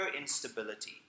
instability